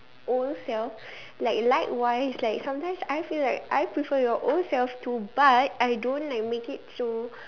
old self like likewise like sometimes I feel like I prefer your old self too but I don't like make it so